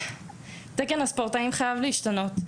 תקן הספורטאים חייב להשתנות,